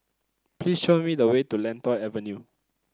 please show me the way to Lentor Avenue